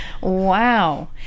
Wow